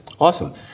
Awesome